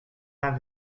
have